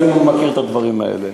אני מכיר את הדברים האלה.